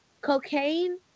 cocaine